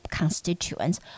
constituents